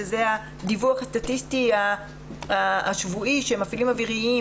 שזה הדיווח הסטטיסטי שמפעיל אוויריים